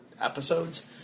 episodes